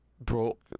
broke